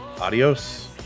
Adios